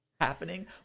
happening